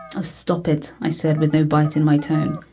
oh, stop it, i said, with no bite in my tone.